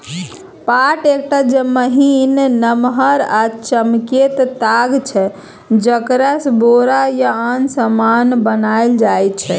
पाट एकटा महीन, नमहर आ चमकैत ताग छै जकरासँ बोरा या आन समान बनाएल जाइ छै